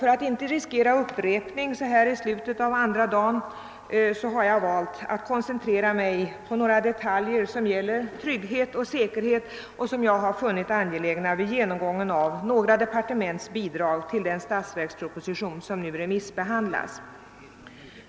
För att inte riskera upprepning så här i slutet av andra dagen har jag valt att koncentrera mig på några detaljer som gäller trygghet och säkerhet och som jag vid genomgången av några departements bidrag till den statsverksproposition som nu remissbehandlas har funnit angelägna.